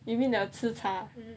里面的吃茶